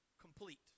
complete